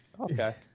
Okay